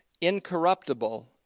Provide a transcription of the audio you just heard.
incorruptible